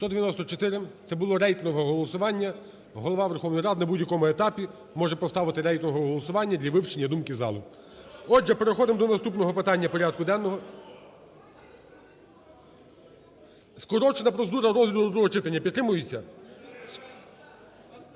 За-194 Це було рейтингове голосування. Голова Верховної Ради на будь-якому етапі може поставити рейтингове голосування для вивчення думки залу. Отже, переходимо до наступного питання порядку денного. Скорочена процедура розгляду до другого читання підтримується?